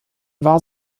war